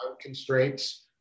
constraints